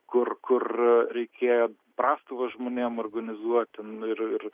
kur kur reikėjo prastovas žmonėm organizuoti nu ir ir